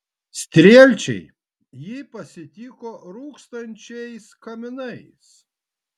strielčiai jį pasitiko rūkstančiais kaminais